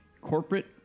corporate